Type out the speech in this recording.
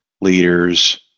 leaders